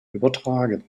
übertragen